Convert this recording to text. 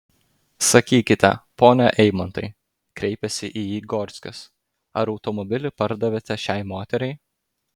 sakykite pone eimantai kreipėsi į jį gorskis ar automobilį pardavėte šiai moteriai